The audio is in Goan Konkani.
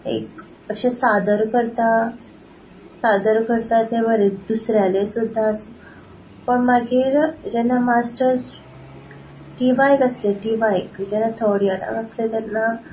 एक अशें सादर करता सादर करता तें बरें दुसऱ्यालें सुद्दां आसूं पण मागीर जेन्ना मास्टर्स टिवायक आसलें टिवायक जेन्ना थर्ड इयर आसलें तेन्ना